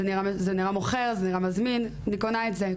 זה נראה מוכר ומזמין ואני קונה את זה,